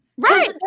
Right